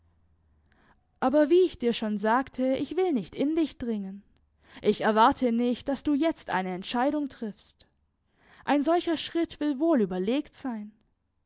aber wie ich dir schon sagte ich will nicht in dich dringen ich erwarte nicht daß du jetzt eine entscheidung triffst ein solcher schritt will wohl überlegt sein